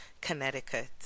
Connecticut